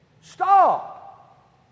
Stop